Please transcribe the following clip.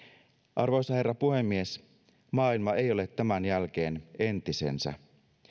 arvoisa herra puhemies maailma ei ole tämän jälkeen entisensä